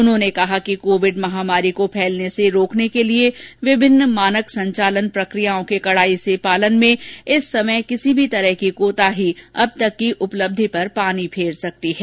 उन्होंने कहा कि कोविड महामारी को फैलने से रोकने के लिए विभिन्न मानक संचालन प्रक्रियाओं के कड़ाई से पालन में इस समय कोई भी कोताही अब तक की उपलब्धि पर पानी फेर सकती हैं